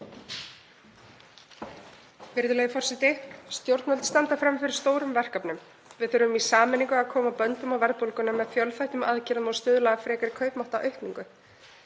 Virðulegur forseti. Stjórnvöld standa frammi fyrir stórum verkefnum. Við þurfum í sameiningu að koma böndum á verðbólguna með fjölþættum aðgerðum og stuðla að frekari kaupmáttaraukningu.